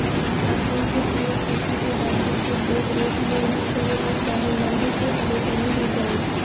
hormone के प्रयोग पशु के डॉक्टर के देख रेख में ही करे के चाही नाही तअ परेशानी हो जाई